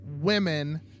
women